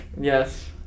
Yes